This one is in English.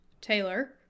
Taylor